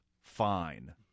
Fine